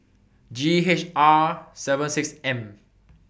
G H R seven six M